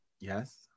Yes